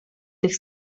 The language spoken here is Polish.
tych